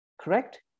correct